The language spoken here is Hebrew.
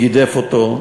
גידף אותו,